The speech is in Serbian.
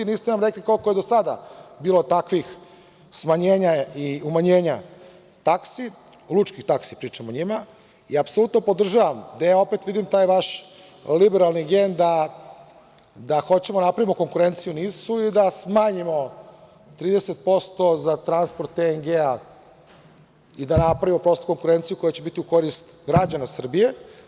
Niste nam rekli koliko je do sada bilo takvih smanjenja i umanjenja taksi, lučkih taksi, pričam o njima i apsolutno podržavam, gde opet vidim taj vaš liberalni gen da hoćemo da napravimo konkurenciju NIS-u i da smanjimo 30% za transport TNG i da napravimo konkurenciju koja će biti u korist građana Srbije.